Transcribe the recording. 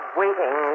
waiting